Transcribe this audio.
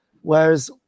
Whereas